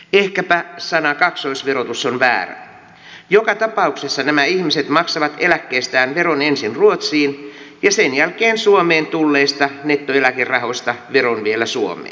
ehkäpä sana kaksoisverotus on väärä joka tapauksessa nämä ihmiset maksavat eläkkeestään veron ensin ruotsiin ja sen jälkeen suomeen tulleista nettoeläkerahoista veron vielä suomeen